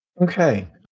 okay